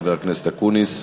חבר הכנסת אקוניס.